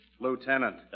Lieutenant